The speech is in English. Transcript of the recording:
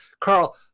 Carl